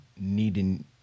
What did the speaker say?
needing